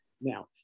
Now